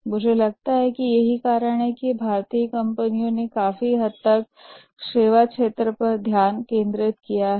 मुझे लगता है कि यही कारण है कि भारतीय कंपनियों ने काफी हद तक सेवा क्षेत्र पर ध्यान केंद्रित किया है